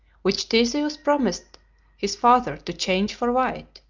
which theseus promised his father to change for white,